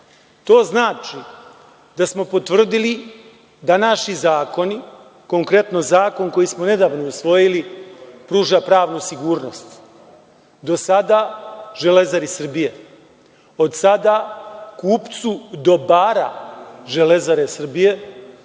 To znači da smo potvrdili da naši zakoni, konkretno zakon koji smo nedavno usvojili, pruža pravnu sigurnost do sada „Železari“ Srbije, od sada kupcu dobara „Železare“ Srbije,